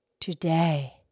today